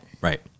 Right